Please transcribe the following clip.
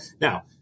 Now